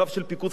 אז היה לוחם.